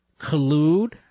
Collude